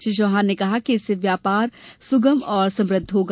श्री चौहान ने कहा कि इससे व्यापार सुगम और समुद्ध होगा